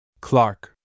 Clark